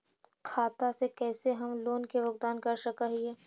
खाता से कैसे हम लोन के भुगतान कर सक हिय?